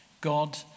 God